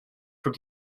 from